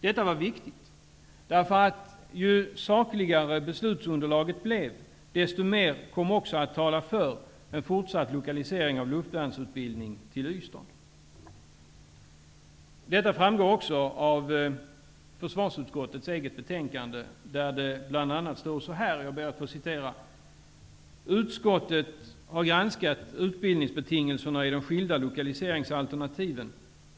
Detta var viktigt, därför att ju sakligare beslutsunderlaget blev, desto mer kom också att tala för en fortsatt lokalisering av luftvärnsutbildning till Ystad. Detta framgår också av försvarsutskottets eget betänkande, där det bl.a. står så här: ''Utskottet har också granskat utbildningsbetingelserna i de skilda lokaliseringsalternativen.